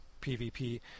PvP